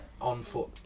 on-foot